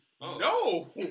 No